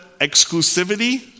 exclusivity